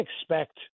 expect